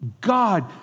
God